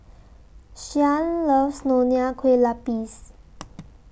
Shyann loves Nonya Kueh Lapis